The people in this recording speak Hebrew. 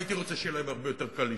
הייתי רוצה שיהיה להם הרבה יותר קל להשתלב.